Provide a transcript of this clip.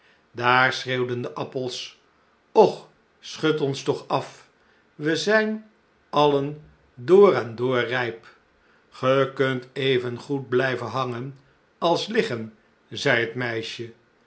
schreeuwden de appels och schud ons toch af we zijn allen door en door rijp ge kunt even goed blijven hangen als liggen zei het meisje